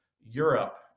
Europe